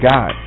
God